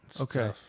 okay